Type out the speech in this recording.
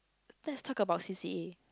let's talk about c_c_a